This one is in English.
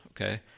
okay